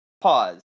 Pause